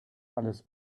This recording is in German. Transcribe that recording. alles